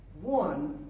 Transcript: one